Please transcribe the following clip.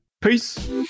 Peace